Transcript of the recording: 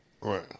Right